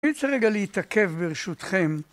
אני צריך רגע להתעכב ברשותכם.